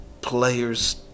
players